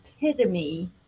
epitome